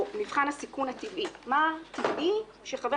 או "מבחן הסיכון הטבעי" מה טבעי שחבר